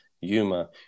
Yuma